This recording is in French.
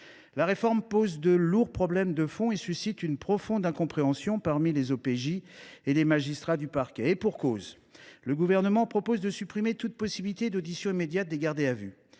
La réforme pose de lourds problèmes de fond et suscite une profonde incompréhension parmi les OPJ et les magistrats du parquet. Et pour cause ! Le Gouvernement propose de supprimer toute possibilité d’audition immédiate des gardés à vue.